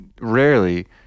rarely